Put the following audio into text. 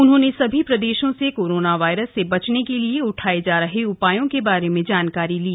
उन्होंने सभी प्रदेशों से कोरोना वायरस से बचने के लिए उठाए जा रहे उपायों के बारे में जानकारी ली